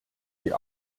die